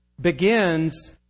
begins